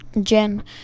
Jen